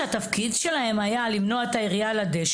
שהתפקיד שלהם היה למנוע את הירידה לדשא,